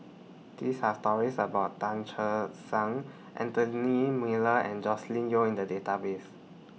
These Are stories about Tan Che Sang Anthony Miller and Joscelin Yeo in The Database